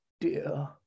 Dear